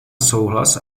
souhlas